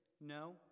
No